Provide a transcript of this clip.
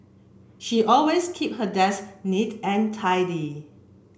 she always keep her desk neat and tidy